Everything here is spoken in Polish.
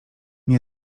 nie